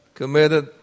committed